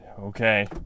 Okay